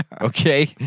Okay